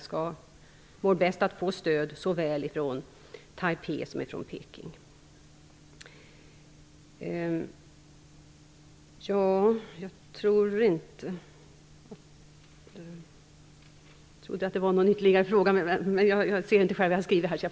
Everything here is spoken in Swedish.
Det mår bäst av att få stöd från såväl Taipei som Peking.